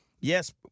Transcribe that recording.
yes